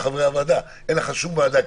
אין שום ועדה,